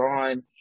on